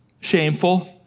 Shameful